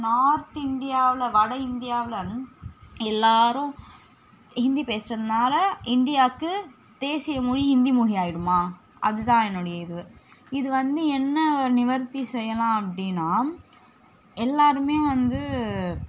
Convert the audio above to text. north இந்தியாவில் வட இந்தியாவில் எல்லாரும் ஹிந்தி பேசுகிறதுனால இந்தியாவுக்கு தேசிய மொழி ஹிந்தி மொழி ஆயிடுமா அது தான் என்னுடைய இது இது வந்து என்ன நிவர்த்தி செய்யலாம் அப்படின்னா எல்லாருமே வந்து